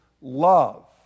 love